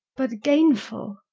but gainful?